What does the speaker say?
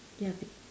ya big